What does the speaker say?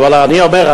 אבל אני אומר,